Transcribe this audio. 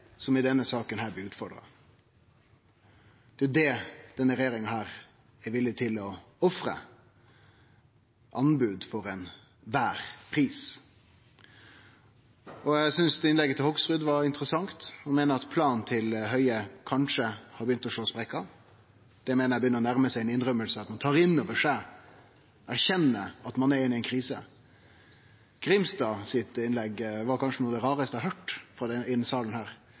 er det denne regjeringa er villig til å ofre – anbod for kvar pris som helst. Eg synest innlegget til Hoksrud var interessant, han meiner at planen til Høie kanskje har begynt å slå sprekkar. Det meiner eg begynner å nærme seg ei innrømming, at ein tar inn over seg og erkjenner at ein er i ei krise. Innlegget til Grimstad var kanskje noko av det raraste eg har høyrt i denne salen, og føyer seg kanskje inn i